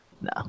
no